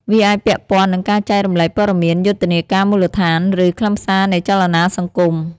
វាអាចពាក់ព័ន្ធនឹងការចែករំលែកព័ត៌មាន យុទ្ធនាការមូលដ្ឋាន ឬខ្លឹមសារនៃចលនាសង្គម។